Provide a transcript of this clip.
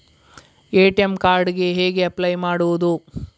ATM card ಗೆ ಹೇಗೆ apply ಮಾಡುವುದು?